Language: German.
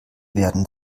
werden